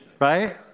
right